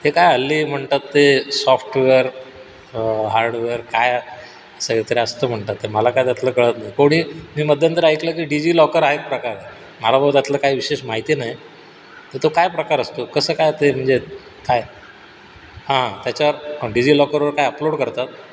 ते काय हल्ली म्हणतात ते सॉफ्टवेअर हार्डवेअर काय असं काहीतरी असतं म्हणतात ते मला काय त्यातलं कळत नाही कोणी मी मध्यंतरी ऐकलं की डिजिलॉकर हा एक प्रकार आहे मला बॉ त्यातलं काही विशेष माहिती नाही तर तो काय प्रकार असतो कसं काय ते म्हणजे काय हां त्याच्यावर डिजिलॉकरवर काय अपलोड करतात